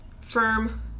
Firm